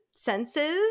senses